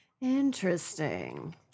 Interesting